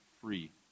free